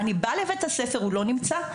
אני באה לבית-הספר, הוא לא נמצא.